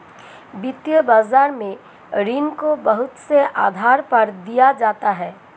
वित्तीय बाजार में ऋण को बहुत से आधार पर दिया जाता है